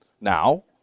now